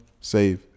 save